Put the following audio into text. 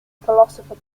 philosopher